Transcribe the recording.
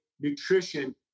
nutrition